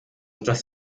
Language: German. das